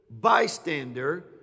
bystander